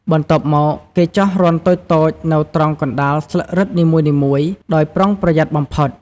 បន្ទាប់មក គេចោះរន្ធតូចៗនៅត្រង់កណ្តាលស្លឹករឹតនីមួយៗ ដោយប្រុងប្រយ័ត្នបំផុត។